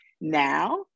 now